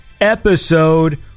episode